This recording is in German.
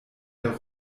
der